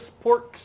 pork